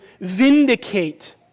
vindicate